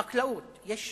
חקלאות, יש